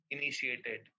initiated